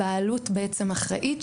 הבעלות אחראית.